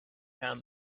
found